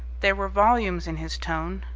there were volumes in his tone.